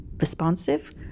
responsive